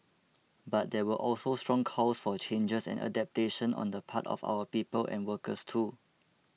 but there were also strong calls for changes and adaptation on the part of our people and workers too